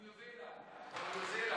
כמו נורבגיה, כמו ניו זילנד.